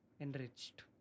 enriched